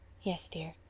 yes, dear.